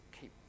keep